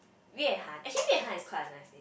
Yue-Han actually Yue-Han is quite a nice name